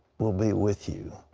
will be with you.